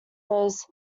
was